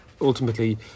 ultimately